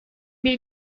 bir